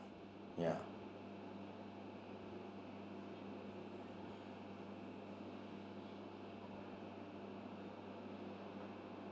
yeah